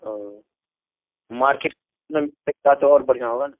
ا market ملکتا تو اور بڑھ ہوگا نا